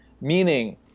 Meaning